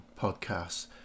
podcasts